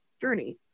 journey